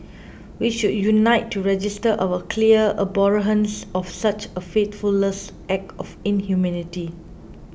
we should unite to register our clear abhorrence of such a faithless act of inhumanity